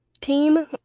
team